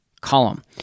column